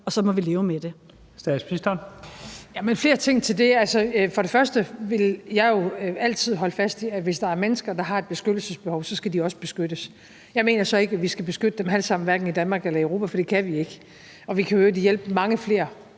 (Mette Frederiksen): Jamen der er flere ting til det. For det første vil jeg jo altid holde fast i, at hvis der er mennesker, der har et beskyttelsesbehov, skal de også beskyttes. Jeg mener så ikke, at vi skal beskytte dem alle sammen i hverken Danmark eller Europa, for det kan vi ikke. Og vi kan i øvrigt hjælpe mange flere